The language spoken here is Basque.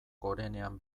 gorenean